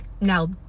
now